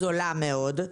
זולה מאוד,